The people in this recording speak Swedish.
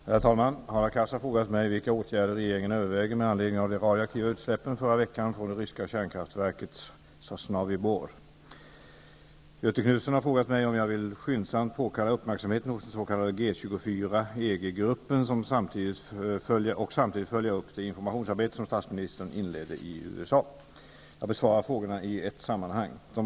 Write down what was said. Herr talman! Hadar Cars har frågat mig vilka åtgärder regeringen överväger med anledning av de radioaktiva utsläppen förra veckan från det ryska kärnkraftverket Sosnovyj Bor. Göthe Knutson har frågat mig om jag vill skyndsamt påkalla uppmärksamheten hos den s.k. G-24-EG-gruppen och samtidigt följa upp det informationsarbete som statsministern inledde i USA. Jag besvarar frågorna i ett sammanhang.